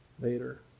later